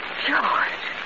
George